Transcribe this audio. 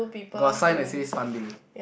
got a sign that says fun day